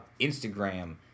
Instagram